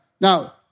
now